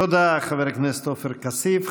תודה, חבר הכנסת עופר כסיף.